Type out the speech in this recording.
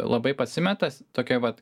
labai pasimeta tokioj vat